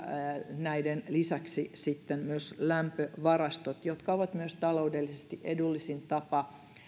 näiden lisäksi sitten myös lämpövarastot jotka ovat myös taloudellisesti edullisin tapa